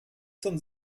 zum